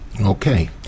Okay